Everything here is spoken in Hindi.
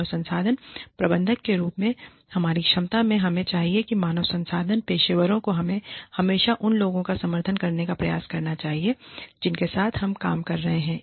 मानव संसाधन प्रबंधक के रूप में हमारी क्षमता में हमें चाहिए या मानव संसाधन पेशेवरों को हमें हमेशा उन लोगों का समर्थन करने का प्रयास करना चाहिए जिनके साथ हम काम कर रहे हैं